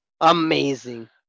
Amazing